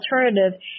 alternative